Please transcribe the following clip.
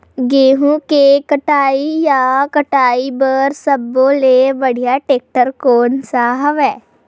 गेहूं के कटाई या कटाई बर सब्बो ले बढ़िया टेक्टर कोन सा हवय?